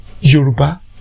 Yoruba